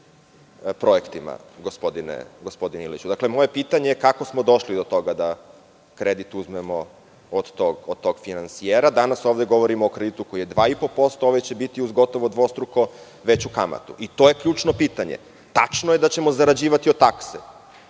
projektima, gospodine Iliću. Moje pitanje je – kako smo došli do toga da kredit uzmemo od tog finansijera? Danas ovde govorimo o kreditu koji je 2,5%, a ovaj će biti uz gotovo dvostruko veću kamatu. To je ključno pitanje. Tačno je da ćemo zarađivati od takse.